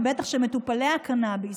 ובטח שמטופלי הקנביס,